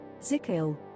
Zikil